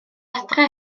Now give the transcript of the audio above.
adra